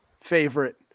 favorite